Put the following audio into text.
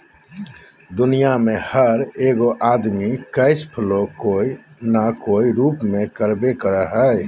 दुनिया में हर एगो आदमी कैश फ्लो कोय न कोय रूप में करबे करो हइ